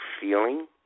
feeling